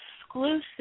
exclusive